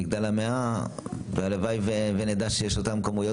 מגדל המאה הלוואי ונדע שיש את אותן כמויות